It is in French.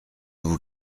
vous